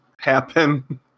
happen